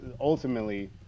ultimately